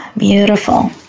Beautiful